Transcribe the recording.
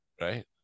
Right